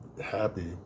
happy